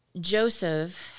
Joseph